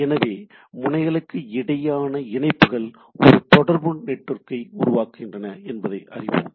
எனவே முனைகளுக்கு இடையான இணைப்புகள் ஒரு தொடர்பு நெட்வொர்க்கை உருவாக்குகின்றன என்பதை அறிவோம்